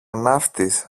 ναύτης